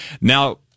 Now